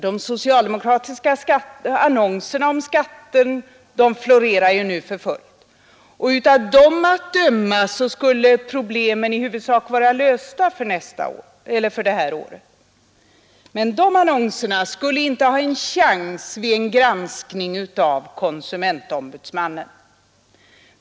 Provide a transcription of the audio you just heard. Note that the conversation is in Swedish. De socialdemokratiska annonserna om skatten florerar nu för fullt, och av dem att döma skulle problemen i huvudsak vara lösta för det här året. Men de annonserna skulle inte ha en chans vid en granskning av konsumentombudsmannen.